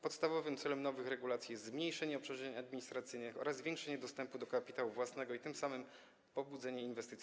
Podstawowym celem nowych regulacji jest zmniejszenie obciążeń administracyjnych oraz zwiększenie dostępu do kapitału własnego i tym samym pobudzenie inwestycji.